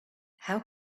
how